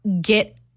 Get